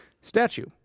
statue